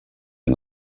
han